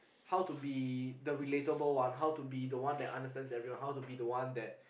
how to be the relatable one how to be the one that understands everyone how to be the one that